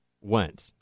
went